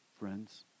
Friends